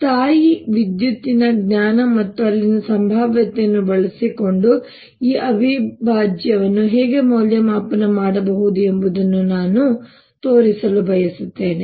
ಸ್ಥಾಯೀವಿದ್ಯುತ್ತಿನ ಜ್ಞಾನ ಮತ್ತು ಅಲ್ಲಿನ ಸಂಭಾವ್ಯತೆಯನ್ನು ಬಳಸಿಕೊಂಡು ಈ ಅವಿಭಾಜ್ಯವನ್ನು ಹೇಗೆ ಮೌಲ್ಯಮಾಪನ ಮಾಡಬಹುದು ಎಂಬುದನ್ನು ನಾನು ತೋರಿಸಲು ಬಯಸುತ್ತೇನೆ